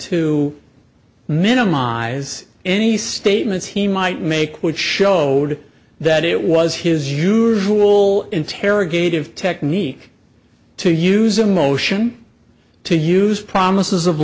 to minimize any statements he might make which showed that it was his usual interrogated technique to use a motion to use promises of